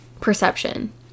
perception